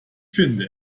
finde